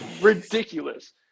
ridiculous